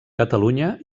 catalunya